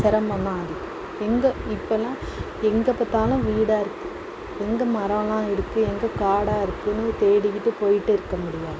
சிரமம்ந்தான் எங்கே இப்போல்லாம் எங்கே பார்த்தாலும் வீடாக இருக்கு எங்கே மரமல்லாம் இருக்கு எங்கே காடாக இருக்குன்னு தேடிக்கிட்டு போயிகிட்டு இருக்க முடியாது